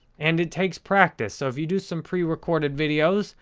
and it takes practice. so, if you do some pre-recorded videos,